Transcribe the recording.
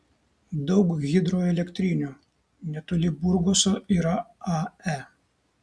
daug hidroelektrinių netoli burgoso yra ae